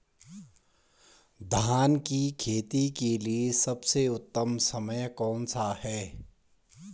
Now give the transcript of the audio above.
धान की खेती के लिए सबसे उत्तम समय कौनसा है?